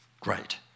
Great